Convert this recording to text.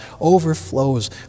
overflows